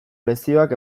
lezioak